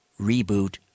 Reboot